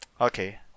okay